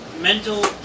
mental